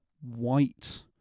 White